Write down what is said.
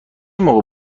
موقع